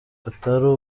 atari